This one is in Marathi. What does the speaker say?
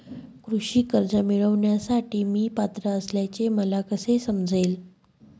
कृषी कर्ज मिळविण्यासाठी मी पात्र असल्याचे मला कसे समजेल?